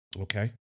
okay